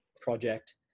project